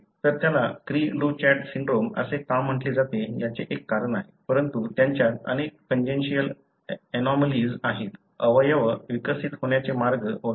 तर त्याला cri du chat syndrome असे का म्हटले जाते याचे एक कारण आहे परंतु त्यांच्यात अनेक कन्ˈजेनिट्ल् एनॉमलीज आहेत अवयव विकसित होण्याचे मार्ग वगैरे